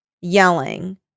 yelling